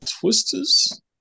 Twisters